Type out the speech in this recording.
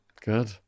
Good